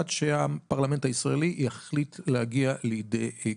עד שהפרלמנט הישראלי יחליט להגיע לידי גמר.